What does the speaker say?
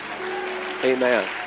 Amen